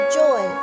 joy